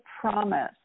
promise